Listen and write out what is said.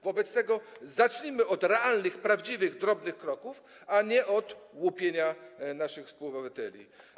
Wobec tego zacznijmy od prawdziwych drobnych kroków, a nie od łupienia naszych współobywateli.